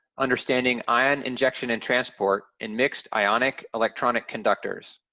understanding iron injection and transport in mixed ionic electronic conductors.